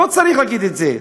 לא צריך להגיד את זה.